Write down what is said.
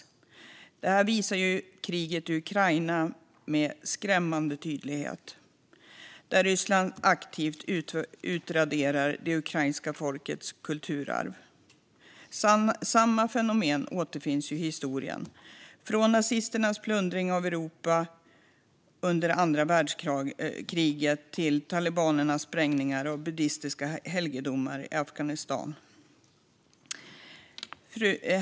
Kriget i Ukraina visar detta med skrämmande tydlighet. Ryssland utraderar aktivt det ukrainska folkets kulturarv. Samma fenomen återfinns i historien, från nazisternas plundring av Europa under andra världskriget till talibanernas sprängningar av buddistiska helgedomar i Afghanistan.